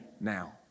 now